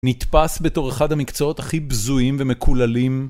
נתפס בתור אחד המקצועות הכי בזויים ומקוללים.